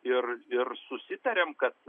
ir ir susitarėm kad